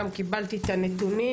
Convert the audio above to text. גם קיבלתי את הנתונים,